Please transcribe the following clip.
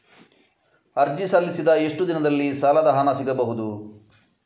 ಅರ್ಜಿ ಸಲ್ಲಿಸಿದ ಎಷ್ಟು ದಿನದಲ್ಲಿ ಸಾಲದ ಹಣ ಸಿಗಬಹುದು?